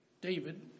David